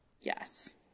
Yes